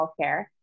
healthcare